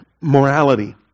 morality